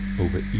over